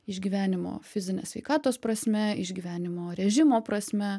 išgyvenimo fizinės sveikatos prasme išgyvenimo režimo prasme